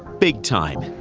big time.